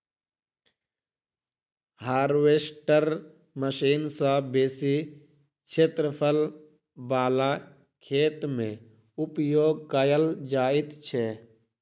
harvester machine सॅ बेसी क्षेत्रफल बला खेत मे उपयोग कयल जाइत छै